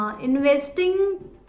Investing